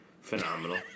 phenomenal